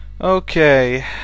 Okay